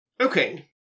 Okay